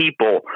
people